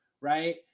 right